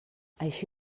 així